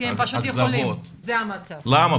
אכזבות, למה?